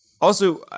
Also-